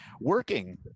Working